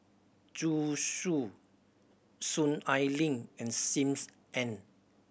Zhu Xu Soon Ai Ling and Sim Ann